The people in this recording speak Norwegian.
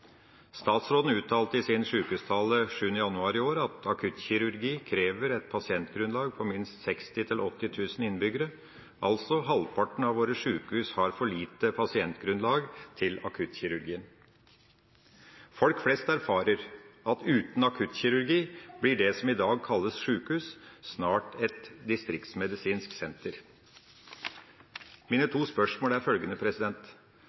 Statsråden uttalte i sin sjukehustale den 7. januar i år at akuttkirurgi krever et pasientgrunnlag på minst 60 000–80 000 innbyggere. Altså har halvparten av våre sjukehus for lite pasientgrunnlag til akuttkirurgien. Folk flest erfarer at uten akuttkirurgi blir det som i dag kalles sjukehus, snart et distriktsmedisinsk senter. Mine to spørsmål er følgende: